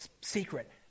secret